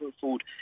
Food